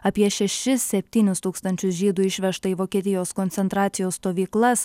apie šešis septynis tūkstančius žydų išvežta į vokietijos koncentracijos stovyklas